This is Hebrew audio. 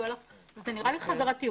זה נראה לי חזרתיות.